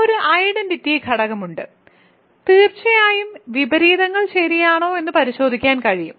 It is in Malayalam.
ഒരു ഐഡന്റിറ്റി ഘടകമുണ്ട് തീർച്ചയായും വിപരീതങ്ങൾ ശരിയാണോ എന്ന് പരിശോധിക്കാൻ കഴിയും